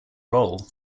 role